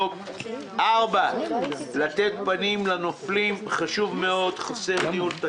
הצבעה בעד הרביזיה פה אחד הבקשה לדיון בחדש בעמותה